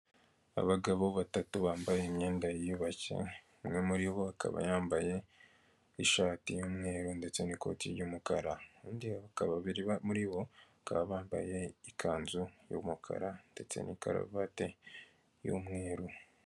Abagabo batatu bambaye imyenda yubashye, umwe muri bo akaba yambaye ishati y'umweru ndetse n'ikoti ry'umukara, bakaba babiri muri bo bambaye ikanzu y'umukara ndetse n'ikaruvati y'umweru.